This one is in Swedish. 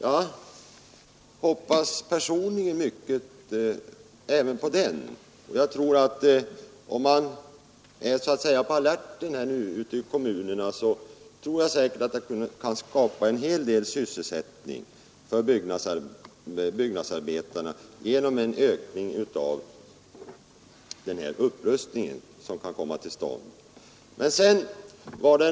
Jag hoppas personligen mycket även på den, och jag tror att om man nu är på alerten ute i kommunerna skall man kunna skapa en hel del sysselsättning för byggnadsarbetarna genom den ökning av upprustningen som kan komma till stånd.